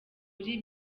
muri